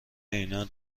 اینا